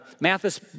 Mathis